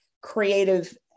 creative